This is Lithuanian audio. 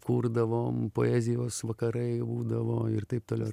kurdavom poezijos vakarai būdavo ir taip toliau